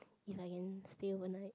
if I can stay overnight